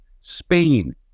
Spain